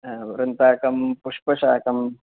वृन्ताकं पुष्पशाकं